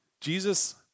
Jesus